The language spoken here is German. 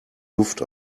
luft